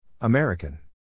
American